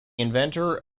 inventor